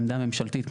העמדה הממשלתית,